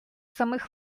самих